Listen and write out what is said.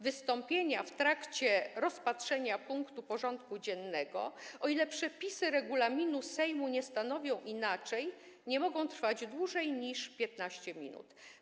Wystąpienia w trakcie rozpatrywania punktu porządku dziennego, o ile przepisy regulaminu Sejmu nie stanowią inaczej, nie mogą trwać dłużej niż 15 minut.